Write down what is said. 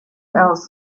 else